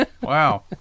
Wow